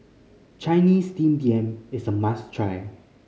Chinese Steamed Yam is a must try